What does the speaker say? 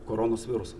koronos virusą